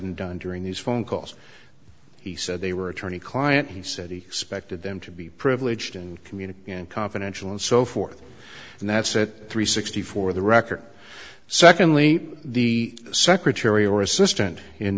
done during these phone calls he said they were attorney client he said he expected them to be privileged and community and confidential and so forth and that said three sixty for the record secondly the secretary or assistant in